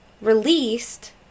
released